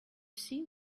see